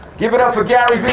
give it up for gary